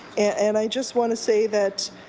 and i just want to say that